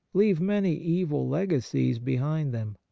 leave many evil legacies behind them.